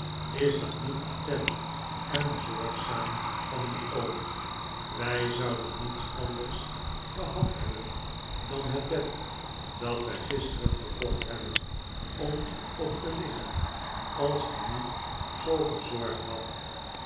is dat niet attent en zorgzaam van uw oom wij zouden niets anders gehad hebben dan het bed dat wij gisteren gekocht hebben om op te liggen als hij niet zoo gezorgd had